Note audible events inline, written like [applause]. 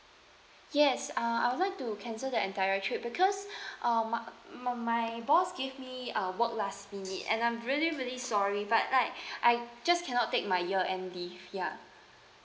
yes uh I would like to cancel the entire trip because [breath] uh my my my boss give me uh work last minute and I'm really really sorry but like [breath] I just cannot take my year end leave ya